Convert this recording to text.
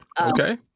Okay